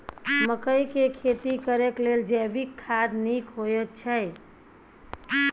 मकई के खेती करेक लेल जैविक खाद नीक होयछै?